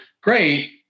Great